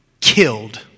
killed